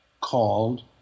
called